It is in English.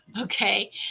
okay